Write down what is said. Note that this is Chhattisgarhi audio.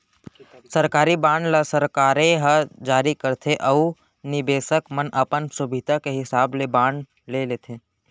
सरकारी बांड ल सरकारे ह जारी करथे अउ निबेसक मन अपन सुभीता के हिसाब ले बांड ले लेथें